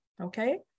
okay